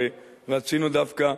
הרי רצינו דווקא,